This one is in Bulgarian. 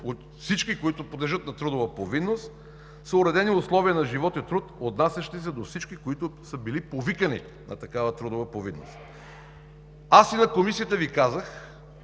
от всички, които подлежат на трудовата повинност, са уредени условия на живот и труд, отнасящи се до всички, които са били повикани на такава трудова повинност. Аз и на Комисията Ви казах,